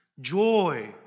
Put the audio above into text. Joy